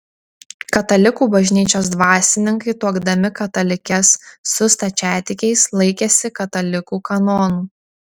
katalikų bažnyčios dvasininkai tuokdami katalikes su stačiatikiais laikėsi katalikų kanonų